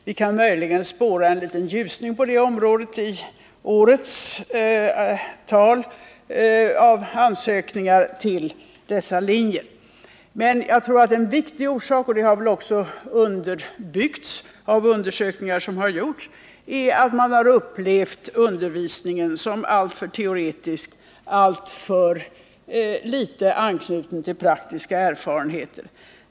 Vi kan möjligen spåra en liten ljusning på det området i årets antal ansökningar till dessa linjer, men jag tror — det har också underbyggts av undersökningar som gjorts — att en viktig orsak till det hittillsvarande förhållandet är att man upplevt undervisningen som alltför teoretisk med alltför liten anknytning till praktiska erfarenheter.